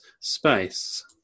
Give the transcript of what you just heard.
space